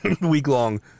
week-long